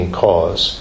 cause